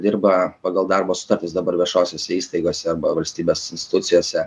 dirba pagal darbo sutartis dabar viešosiose įstaigose arba valstybės institucijose